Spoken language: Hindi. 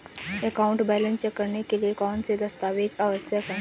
अकाउंट बैलेंस चेक करने के लिए कौनसे दस्तावेज़ आवश्यक हैं?